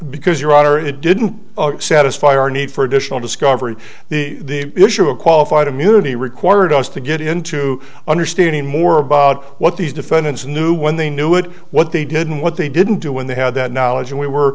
because your honor it didn't satisfy our need for additional discovery the issue of qualified immunity required us to get into understanding more about what these defendants knew when they knew it what they did and what they didn't do when they had that knowledge and we were